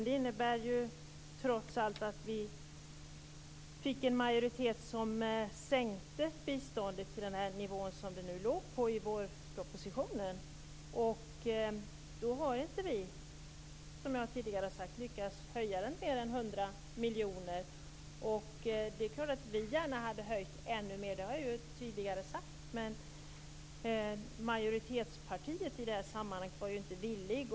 Det innebär trots allt att vi fick en majoritet som sänkte biståndet till den nivå det låg på i vårpropositionen. Och då har inte vi, som jag tidigare sade, lyckats höja det med mer än 100 miljoner. Det är klart att vi gärna hade höjt ännu mer, det har jag sagt tidigare. Men i majoritetspartiet var man i det här sammanhanget inte villig.